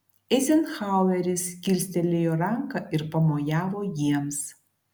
eizenhaueris kilstelėjo ranką ir pamojavo jiems